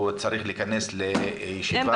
הוא צריך להיכנס לישיבה,